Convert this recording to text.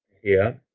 here.